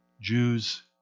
Jews